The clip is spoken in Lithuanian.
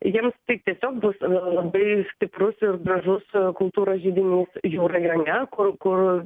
jiems tai tiesiog bus labai stiprus ir gražus kultūros židinys jų rajone kur kur